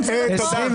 תודה.